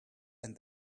and